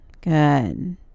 Good